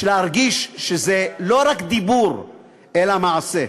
להרגיש שזה לא רק דיבור אלא מעשה.